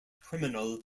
criminal